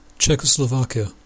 Czechoslovakia